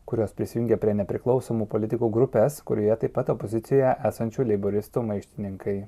kurios prisijungė prie nepriklausomų politikų grupės kurioje taip pat opozicijoje esančių leiboristų maištininkai